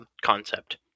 concept